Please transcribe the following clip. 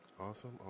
Awesome